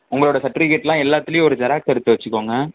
உங்களோட சர்ட்டிபிக்கேட்லாம் எல்லாத்துலேயும் ஒரு ஜெராக்ஸ் எடுத்து வைச்சிக்கோங்க